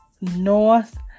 North